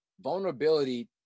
Vulnerability